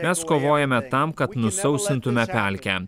mes kovojome tam kad nusausintume kalkę